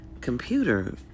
computer